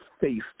faced